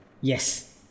Yes